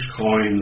coins